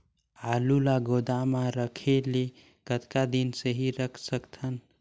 आलू ल गोदाम म रखे ले कतका दिन सही रख सकथन?